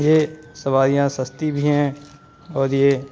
یہ سواریاں سستی بھی ہیں اور یہ